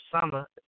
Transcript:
summer